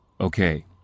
Okay